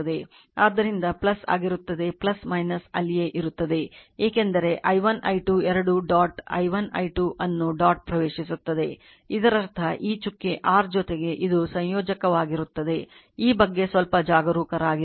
ಆದ್ದರಿಂದ ಆಗಿರುತ್ತದೆ ಅಲ್ಲಿಯೇ ಇರುತ್ತದೆ ಏಕೆಂದರೆ i1 i 2 ಎರಡೂ ಡಾಟ್ i1 i 2 ಅನ್ನು ಡಾಟ್ ಪ್ರವೇಶಿಸುತ್ತದೆ ಇದರರ್ಥ ಈ ಚುಕ್ಕೆ r ಜೊತೆಗೆ ಇದು ಸಂಯೋಜಕವಾಗಿರುತ್ತದೆ ಈ ಬಗ್ಗೆ ಸ್ವಲ್ಪ ಜಾಗರೂಕರಾಗಿರಿ